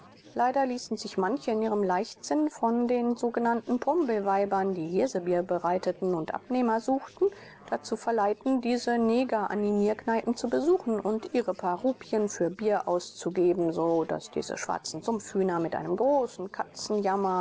leider ließen sich manche in ihrem leichtsinn von den sog pombeweibern die hirsebier bereiteten und abnehmer suchten dazu verleiten diese negeranimierkneipen zu besuchen und ihre paar rupien für bier auszugeben so daß diese schwarzen sumpfhühner mit einem großen katzenjammer